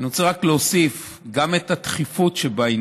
אני רוצה רק להוסיף גם את הדחיפות שבעניין.